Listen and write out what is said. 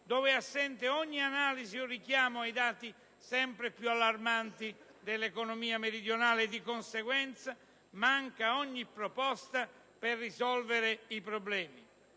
dove è assente ogni analisi o richiamo ai dati sempre più allarmanti dell'economia meridionale. Di conseguenza, manca ogni proposta per risolvere i problemi,